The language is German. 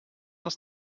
aus